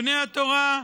בני התורה,